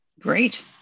Great